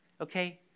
okay